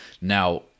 Now